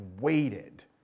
waited